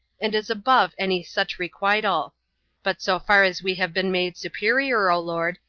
and is above any such requital but so far as we have been made superior, o lord,